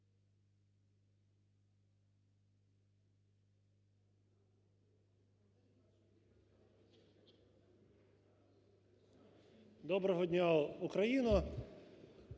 Доброго дня, Україно!